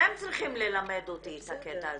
אתם צריכים ללמד אותי את הקטע הזה.